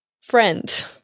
friend